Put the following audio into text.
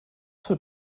für